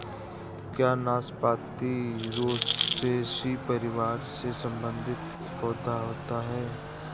क्या नाशपाती रोसैसी परिवार से संबंधित पौधा होता है?